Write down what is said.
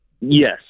Yes